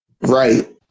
Right